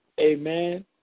amen